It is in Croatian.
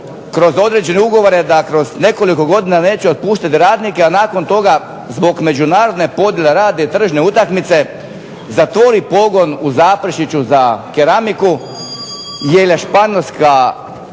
kroz određene ugovore da kroz nekoliko godina neće otpuštati radnike, a nakon toga zbog međunarodne podjele rade i tržišne utakmice zatvori pogon u Zaprešiću za keramiku, jer je Španjolska